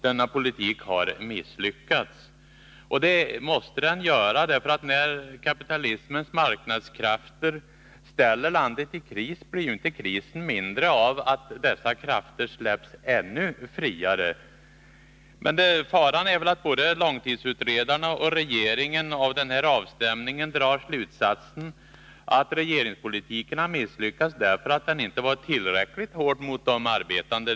Denna politik har misslyckats, och det måste den göra. När kapitalismens marknadskrafter försätter landet i kris, blir ju inte krisen mindre av att dessa krafter släpps ännu friare. Faran är väl att både långtidsutredarna och regeringen av den här avstämningen drar slutsatsen att regeringspolitiken har misslyckats, därför att den inte har varit tillräckligt hård mot de arbetande.